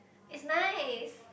is nice